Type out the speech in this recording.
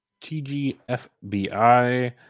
TGFBI